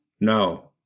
No